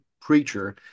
preacher